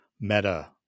Meta